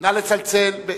נא לצלצל.